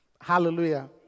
Hallelujah